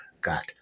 got